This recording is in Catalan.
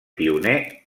pioner